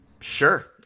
sure